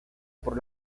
por